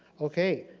okay.